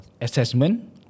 assessment